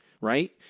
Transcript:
right